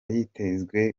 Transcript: yitezwe